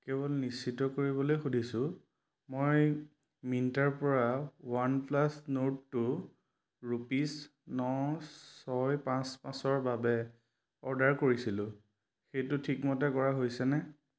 কেৱল নিশ্চিত কৰিবলৈ সুধিছোঁ মই মিন্ত্ৰাৰপৰা ৱানপ্লাছ নৰ্ড টু ৰোপিজ ন ছয় পাঁচ পাঁচৰ বাবে অৰ্ডাৰ কৰিছিলোঁ সেইটো ঠিকমতে কৰা হৈছেনে